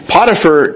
Potiphar